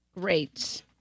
Great